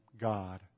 God